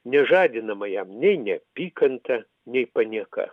nežadinama jam nei neapykanta nei panieka